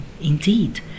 indeed